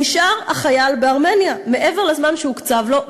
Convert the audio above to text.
נשאר החייל בארמניה מעבר לזמן שהוקצב לו,